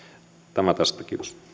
tämä tästä